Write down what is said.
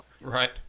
Right